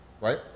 right